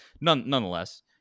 nonetheless